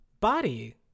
Body